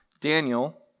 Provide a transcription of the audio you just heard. Daniel